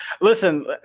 Listen